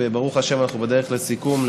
וברוך השם אנחנו בדרך לסיכום,